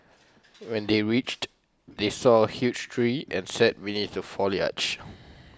when they reached they saw A huge tree and sat beneath the foliage